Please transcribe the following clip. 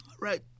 Right